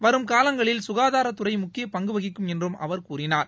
வரும் காலங்களில் சுகாதாரத்துறை முக்கிய பங்கு வகிக்கும் என்றும் அவர் கூறினார்